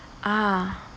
ah